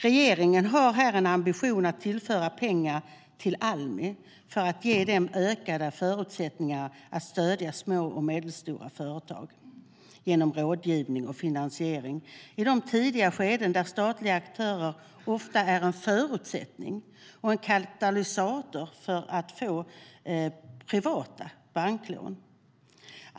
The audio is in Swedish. Regeringen har en ambition att tillföra pengar till Almi för att ge dem ökade förutsättningar att stödja små och medelstora företag genom rådgivning och finansiering i tidiga skeden där den statliga aktören ofta är en förutsättning och en katalysator för privata banklån.